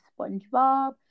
SpongeBob